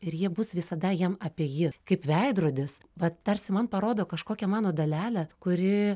ir jie bus visada jam apie jį kaip veidrodis vat tarsi man parodo kažkokią mano dalelę kuri